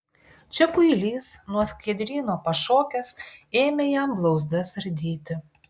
čia kuilys nuo skiedryno pašokęs ėmė jam blauzdas ardyti